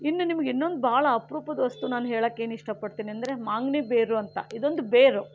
ಇನ್ನು ನಿಮಗೆ ಇನ್ನೊಂದು ಬಹಳ ಅಪರೂಪದ ವಸ್ತು ನಾನು ಹೇಳಕ್ಕೇನು ಇಷ್ಟಪಡ್ತೀನಿ ಅಂದರೆ ಮಾಂಗನಿ ಬೇರು ಅಂತ ಇದೊಂದು ಬೇರು